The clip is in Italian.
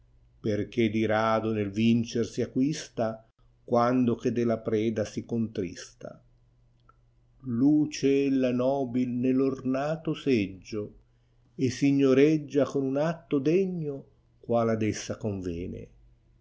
perchè di rado nel vincer si acquista quando che della preda si contrista luce ella nobil neìv ornato seggio e signoreggia con un atto degno qual ad essa convene